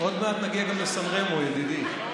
עוד מעט נגיע גם לסן רמו, ידידי.